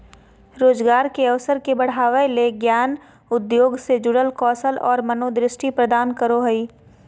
रोजगार के अवसर के बढ़ावय ले ज्ञान उद्योग से जुड़ल कौशल और मनोदृष्टि प्रदान करो हइ